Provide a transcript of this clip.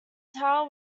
towel